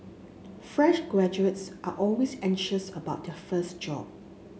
fresh graduates are always anxious about their first job